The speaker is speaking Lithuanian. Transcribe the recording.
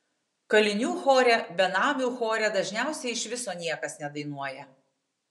kalinių chore benamių chore dažniausiai iš viso niekas nedainuoja